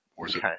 Okay